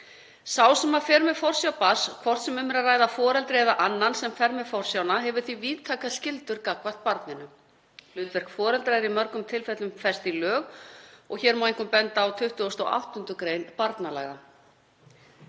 Sá sem fer með forsjá barns, hvort sem um er að ræða foreldri eða annan sem fer með forsjána, hefur því víðtækar skyldur gagnvart barninu. Hlutverk foreldra er í mörgum tilfellum fest í lög og hér má einkum benda á 28. gr. barnalaga.